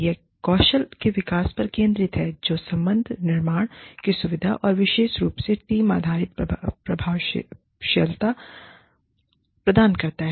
यह कौशल के विकास पर केंद्रित है जो संबंध निर्माण की सुविधा और विशेष रूप से टीम आधारित प्रभावशीलता प्रदान करता है